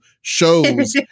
shows